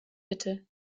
bitte